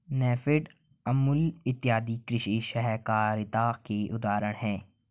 नेफेड, अमूल इत्यादि कृषि सहकारिता के उदाहरण हैं